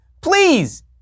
Please